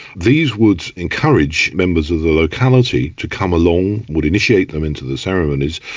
these would encourages members of the locality to come along, would initiate them into the ceremonies,